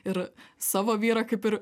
ir savo vyrą kaip ir